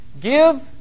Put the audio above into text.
give